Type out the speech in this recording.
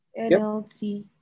NLT